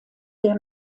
der